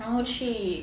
然后去